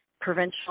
provincial